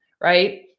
right